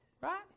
Right